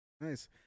Nice